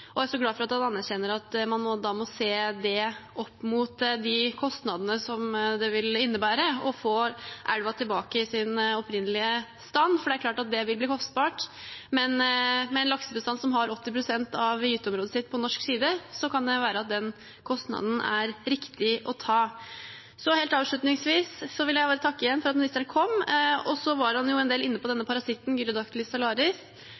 og jeg er glad for at han anerkjenner at man må se det opp mot de kostnadene det vil innebære å få elva tilbake i sin opprinnelige stand, for det er klart at det vil bli kostbart. Med en laksebestand som har 80 pst. av gyteområdet sitt på norsk side, kan det være at den kostnaden er riktig å ta. Helt avslutningsvis vil jeg igjen takke for at ministeren kom. Han var inne på parasitten Gyrodactylus salaris og sa at det har vært en bekymring fra Miljødirektoratet. Jeg lurer på